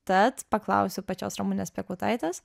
tad paklausiu pačios ramunės piekautaitės